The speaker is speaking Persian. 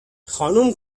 خانوم